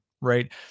right